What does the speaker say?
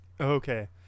Okay